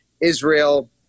Israel –